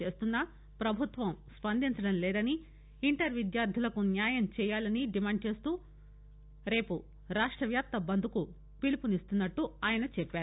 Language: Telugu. చేస్తున్నా ప్రభుత్వం స్పందించలేదని ఇంటర్ విద్యార్థులకు న్యాయంచేయాలని డిమాండ్ చేస్తూ రేపు రాష్టవ్యాప్త బంద్ కు పిలుపునిస్తున్నట్టు ఆయన చెప్పారు